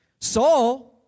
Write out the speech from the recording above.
Saul